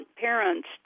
parents